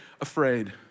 afraid